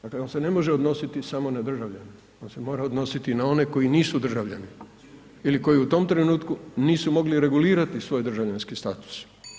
Dakle, on se ne može odnositi samo na državljane on se mora odnositi i na one koji nisu državljani ili koji u tom trenutku nisu mogli regulirati svoj državljanski status.